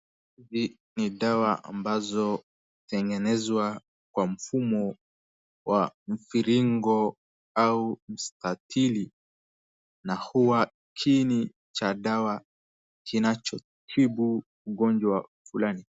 Hizi ni dawa ambazo zimetengenezwa kwa mfumo wa mviringo au mstatili na huwa kiini cha dawa kinachotibu ugonjwa fulani.